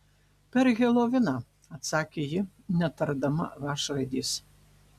per heloviną atsakė ji netardama h raidės